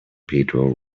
pedro